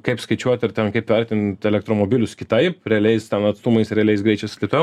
kaip skaičiuot ir ten kaip vertint elektromobilius kitaip realiais ten atstumais realiais greičiais ir taip toliau